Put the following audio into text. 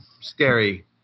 scary